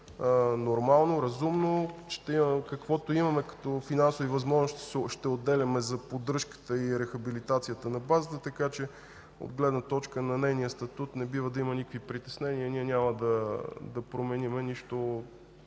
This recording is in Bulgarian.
нормално, разумно. Каквото имаме като финансови възможности ще отделяме за поддръжката и рехабилитацията на базата, така че от гледна точка на нейния статут не бива да има никакви притеснения. В интерес на хората, които